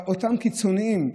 אותם קיצונים,